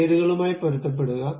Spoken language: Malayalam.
പേരുകളുമായി പൊരുത്തപ്പെടുക